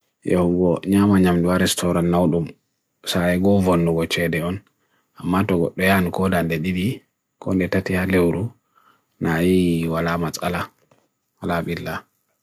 yaw ugo nyamanyam n'wa restaurant na udom s'a e govon n'o go chede on amato go reyan kodan dedibi kondetati agle uro n'a i walamat ala ala billa